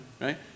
right